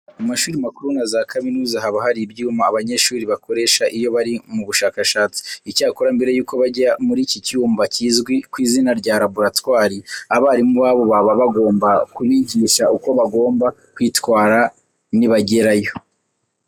Mu mashuri makuru na za kaminuza haba hari ibyumba abanyeshuri bakoresha iyo bari mu bushakashatsi. Icyakora mbere yuko bajya muri iki cyumba kizwi ku izina rya laboratwari, abarimu babo baba bagomba kubigisha uko bagomba kwitara nibagerayo.